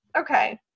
okay